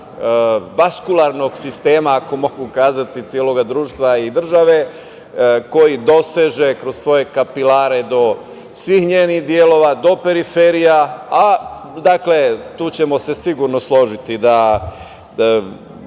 vaskularnog sistema, ako mogu kazati, celog društva i države, koji doseže kroz svoje kapilare do svih njenih delova, do periferija. Dakle, tu ćemo se sigurno složiti, da